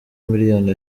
miliyoni